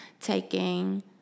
taking